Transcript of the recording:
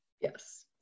Yes